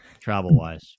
travel-wise